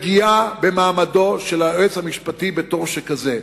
כפגיעה במעמדו של היועץ המשפטי בתור שכזה,